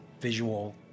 visual